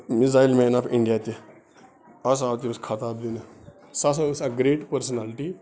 missile man of India تہِ اَز آو تٔمِس خطاب دِنہٕ سُہ ہَسا ٲس اَکھ گریٹ پٔرسٕنیلٹی